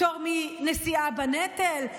פטור מנשיאה בנטל,